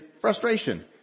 frustration